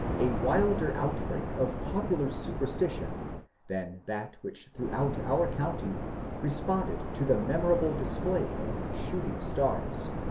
a wilder outbreak of popular superstition than that which throughout our county responded to the memorable display of shooting stars.